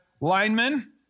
linemen